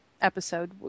episode